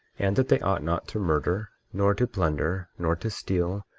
and that they ought not to murder, nor to plunder, nor to steal,